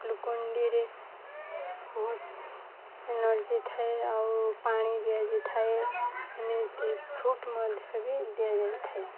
ଗ୍ଲୁକୋଣ୍ଡିରେ ବହୁତ ଏନର୍ଜି ଥାଏ ଆଉ ପାଣି ଦିଆଯାଇ ଥାଏ ଏମିତି ଫ୍ରୁଟ୍ ମଧ୍ୟ ବି ଦିଆଯାଇ ଥାଏ